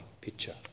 picture